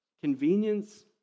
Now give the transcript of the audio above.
convenience